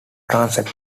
transept